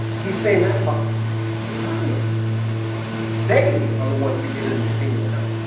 he's saying that about toddlers they are the ones who get into the kingdom of heaven